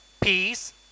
peace